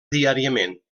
diàriament